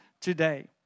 today